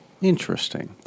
Interesting